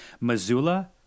Missoula